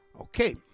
Okay